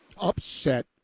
upset